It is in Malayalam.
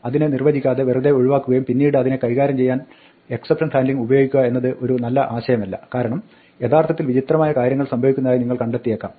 അതിനെ നിർവ്വചിക്കാതെ വെറുതെ ഒഴിവാക്കുകയും പിന്നെ അതിനെ കൈകാര്യം ചെയ്യാൻ എക്സപ്ഷൻ ഹാൻഡ്ലിംഗ് ഉപയോഗിക്കുക എന്നത് ഒരു നല്ല ആശയമല്ല കാരണം യഥാർത്ഥത്തിൽ വിചിത്രമായ കാര്യങ്ങൾ സംഭവിക്കുന്നതായി നിങ്ങൾ കണ്ടെത്തിയേക്കാം